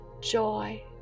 joy